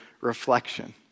reflection